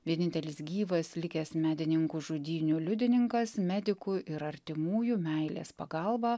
vienintelis gyvas likęs medininkų žudynių liudininkas medikų ir artimųjų meilės pagalba